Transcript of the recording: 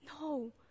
No